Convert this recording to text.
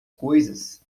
coisas